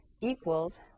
equals